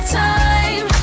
time